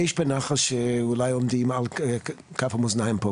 יש בנחל שאולי עומדים על כף המאזניים פה.